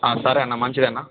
సరే అన్న మంచిది అన్న